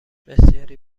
بسیاری